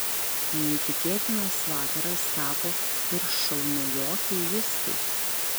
neįtikėtinas vakaras tapo ir šou naujokei justei